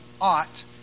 ought